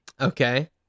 Okay